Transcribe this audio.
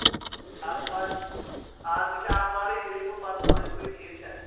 آتھوار آز تہِ چھِ آتھوارٕے تیٚلہِ یِمہٕ بہٕ پَتہٕ پانٛژھِ بَجہِ ٹھیٖک چھا